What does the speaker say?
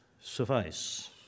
suffice